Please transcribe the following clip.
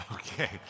Okay